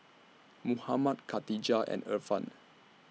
Muhammad Khatijah and Irfan